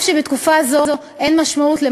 אף שבתקופה זו אין משמעות,